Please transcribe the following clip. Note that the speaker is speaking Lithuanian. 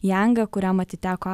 jangą kuriam atiteko